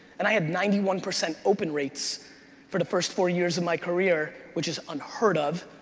and i had ninety one percent open rates for the first four years of my career, which is unheard of.